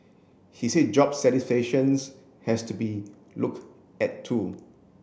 he said job satisfactions has to be look at too